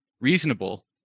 reasonable